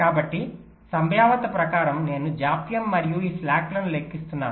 కాబట్టి సంభావ్యత ప్రకారం నేను జాప్యం మరియు ఈ స్లాక్లను లెక్కిస్తున్నాను